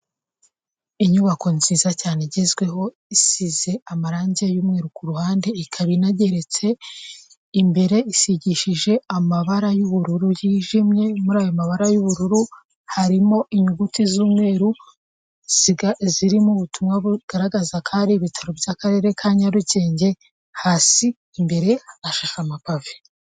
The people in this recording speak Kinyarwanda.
Inyubako nziza cyane igezweho, isize amarangi y'umweru ku ruhande, ikaba inageretse, imbere isigishije amabara y'ubururu yijimye, muri ayo mabara y'ubururu harimo inyuguti z'umweru, zirimo ubutumwa bugaragaza ko ari ibitaro by'akarere ka Nyarugenge, hasi imbere hashashe amapavi.